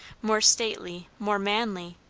more stately, more manly,